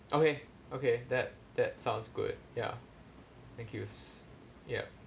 okay okay that that sounds good ya thank you s~ yup